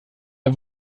der